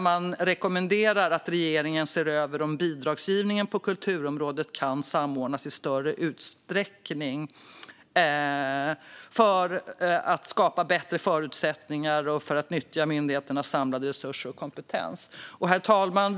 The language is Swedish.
Man rekommenderar att regeringen ser över om bidragsgivningen på kulturområdet kan samordnas i större utsträckning för att skapa bättre förutsättningar och nyttja myndigheternas samlade resurser och kompetens. Herr talman!